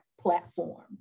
platform